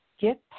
get